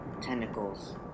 tentacles